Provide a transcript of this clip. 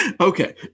okay